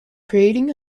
creating